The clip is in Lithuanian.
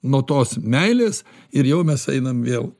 nuo tos meilės ir jau mes einam vėl